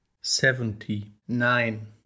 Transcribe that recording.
seventy-nine